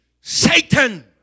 Satan